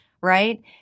right